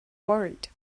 worried